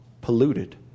polluted